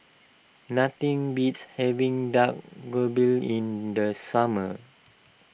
nothing beats having Dak Galbi in the summer